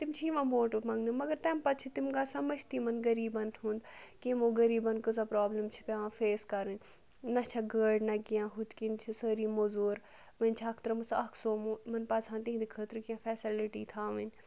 تِم چھِ یِوان ووٹ ووٹ منٛگنہٕ مگر تَمہِ پَتہٕ چھِ تِم گژھان مٔشتی یِمَن غریٖبَن ہُنٛد کہِ یِمو غریٖبَن کۭژاہ پرٛابلِم چھِ پٮ۪وان فیس کَرٕنۍ نہ چھکھ گٲڑۍ نہ کینٛہہ ہُتھ کِنۍ چھِ سٲری مٔزوٗر وۄنۍ چھِ ہَکھ ترٲومٕژ اکھ سومو یِمَن پَزٕ ہَن تِہِنٛدِ خٲطرٕ کینٛہہ فیسَلٹی تھاوٕنۍ